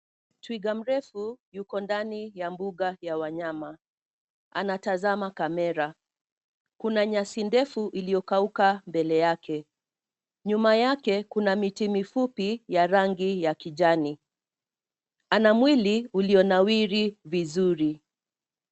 Twiga mrefu yuko ndani ya mbuga ya wanyama. Anatazama kamera. Kuna nyasi ndefu iliyokauka mbele yake. Nyuma yake kuna miti mifupi ya rangi ya kijani. Ana mwili ulio nawiri vizuri.